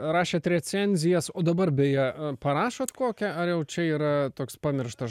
rašėt recenzijas o dabar beje e parašot kokią ar jau čia yra toks pamirštas